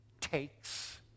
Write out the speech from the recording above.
takes